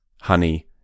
honey